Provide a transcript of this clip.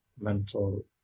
mental